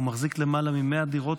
הוא מחזיק למעלה מ-100 דירות,